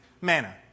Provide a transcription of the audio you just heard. manner